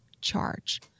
charge